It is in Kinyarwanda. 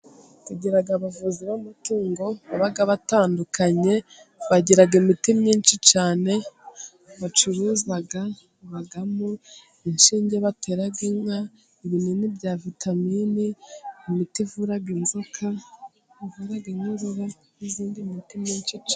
Tugira abavuzi b'amatungo baba batandukanye bagira imiti myinshi cyane bacuruza, habamo inshinge batera inka, ibinini bya vitamini, imiti bivura inzoka, ivura inkorora, n'iyindi miti myinshi cyane.